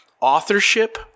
authorship